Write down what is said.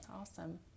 Awesome